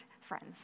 friends